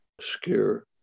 scare